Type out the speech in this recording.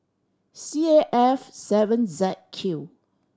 C A F seven Z Q